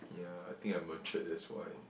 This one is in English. ya I think I matured that's why